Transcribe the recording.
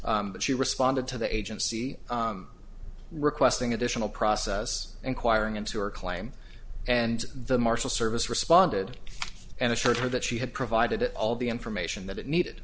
but she responded to the agency requesting additional process inquiring into her claim and the marshal service responded and assured her that she had provided all the information that it needed